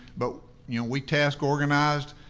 but you know we task organized,